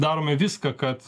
darome viską kad